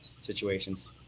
situations